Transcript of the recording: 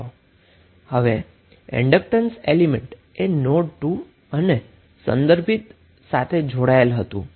હવે એલીમેન્ટ કે જે ઈન્ડક્ટન્સ છે તે નોડ 2 અને રેફરંસ નોડ વચ્ચે જોડેલ છે